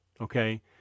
okay